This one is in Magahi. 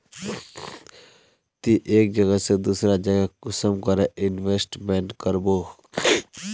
ती एक जगह से दूसरा जगह कुंसम करे इन्वेस्टमेंट करबो?